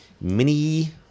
Mini